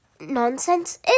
nonsense